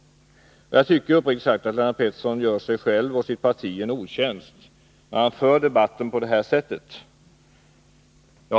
Uppriktigt sagt tycker jag att Lennart Pettersson gör sig själv och sitt parti en otjänst, när han för debatten på det sätt som han gör.